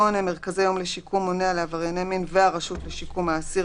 (8) מרכזי יום מונע לעברייני מין והרשות לשיקום האסיר,